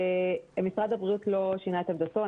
משרד הבריאות לא שינה את עמדתו.